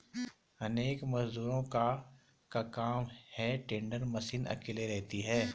अनेक मजदूरों का काम हे टेडर मशीन अकेले करती है